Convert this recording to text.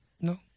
No